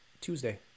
Tuesday